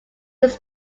his